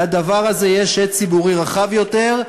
לדבר הזה יש הד ציבורי רחב יותר,